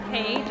Hey